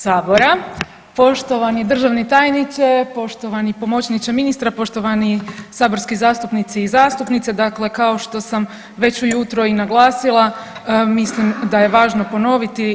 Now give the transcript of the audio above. sabora, poštovani državni tajniče, poštovani pomoćniče ministra, poštovani saborski zastupnici i zastupnice, dakle kao što sam već ujutro i naglasila mislim da je važno ponoviti.